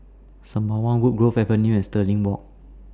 Sembawang Woodgrove Avenue and Stirling Walk